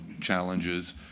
challenges